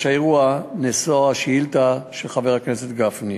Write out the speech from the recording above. האירוע מושא השאילתה של חבר הכנסת גפני.